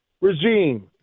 regime